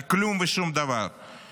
על כלום ושום דבר,